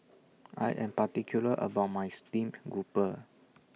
I Am particular about My Steamed Grouper